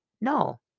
No